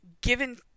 given